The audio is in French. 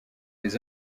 les